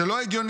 זה לא הגיוני,